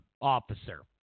officer